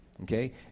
Okay